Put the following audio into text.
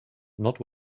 not